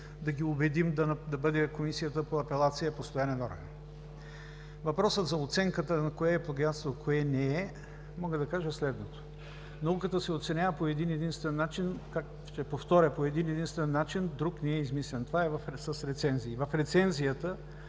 да ги убедим Комисията по апелация да бъде постоянен орган. По Въпроса за оценката кое е плагиатство и кое не е, мога да кажа следното. Науката се оценява по един-единствен начин, ще повторя, по един-единствен начин. Друг не е измислен. Това е с рецензии. В рецензията,